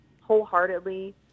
wholeheartedly